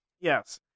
Yes